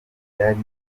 yari